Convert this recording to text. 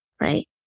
right